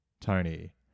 Tony